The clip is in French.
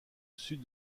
sud